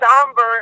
somber